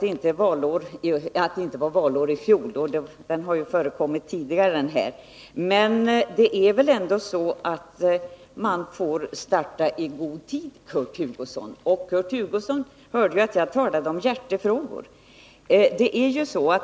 Det är givet att det inte var valår i fjol, och den här frågan har varit aktuell tidigare. Men man får, Kurt Hugosson, starta i god tid. Kurt Hugosson hörde att jag talade om hjärtefrågor.